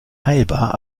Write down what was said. heilbar